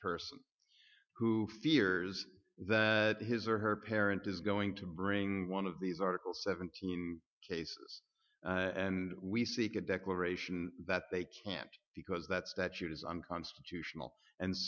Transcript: person who fears that his or her parent is going to bring one of these article seventeen cases and we seek a declaration that they can't because that statute is unconstitutional and